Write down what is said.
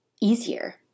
easier